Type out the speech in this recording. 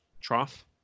trough